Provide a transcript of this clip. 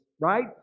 right